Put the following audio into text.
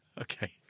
Okay